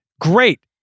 Great